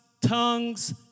tongues